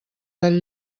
del